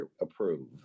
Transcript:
approve